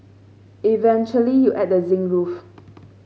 eventually you add the zinc roof